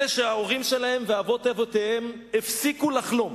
אלה שההורים שלהם ואבות אבותיהם הפסיקו לחלום,